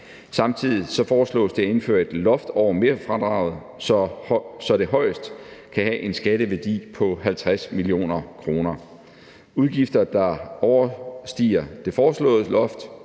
Samtidig foreslås det at indføre et loft over merfradraget, så det højst kan have en skatteværdi på 50 mio. kr. Udgifter, der overstiger det foreslåede loft,